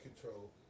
control